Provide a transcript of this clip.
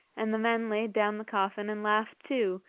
and the men laid down the coffin and laughed too,